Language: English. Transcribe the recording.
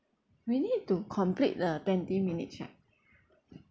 we need to complete the twenty minutes right